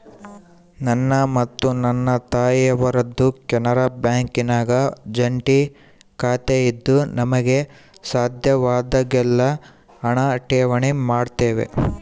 ನನ್ನ ಮತ್ತು ನನ್ನ ತಾಯಿಯವರದ್ದು ಕೆನರಾ ಬ್ಯಾಂಕಿನಾಗ ಜಂಟಿ ಖಾತೆಯಿದ್ದು ನಮಗೆ ಸಾಧ್ಯವಾದಾಗೆಲ್ಲ ಹಣ ಠೇವಣಿ ಮಾಡುತ್ತೇವೆ